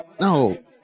no